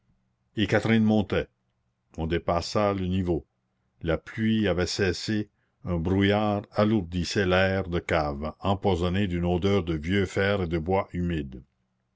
et catherine montait on dépassa le niveau la pluie avait cessé un brouillard alourdissait l'air de cave empoisonné d'une odeur de vieux fers et de bois humide